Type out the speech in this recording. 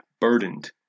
burdened